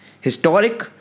Historic